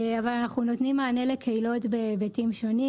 אבל אנחנו נותנים מענה לקהילות בהיבטים שונים,